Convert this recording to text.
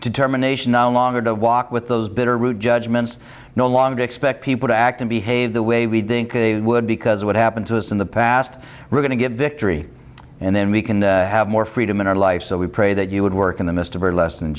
determination no longer to walk with those bitter root judgments no longer expect people to act and behave the way we would because what happened to us in the past we're going to give victory and then we can have more freedom in our life so we pray that you would work in the midst of our less